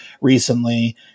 recently